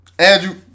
Andrew